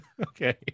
Okay